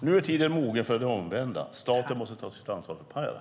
Nu är tiden mogen för det omvända: Staten måste ta sitt ansvar för Pajala.